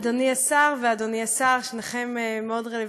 אדוני השר ואדוני השר, שניכם מאוד רלוונטיים.